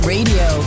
Radio